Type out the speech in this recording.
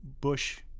Bush